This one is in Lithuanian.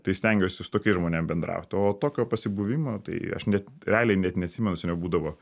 tai stengiuosi su tokiais žmonėm bendraut o tokio pasibuvimo tai aš net realiai net neatsimenu seniau būdavo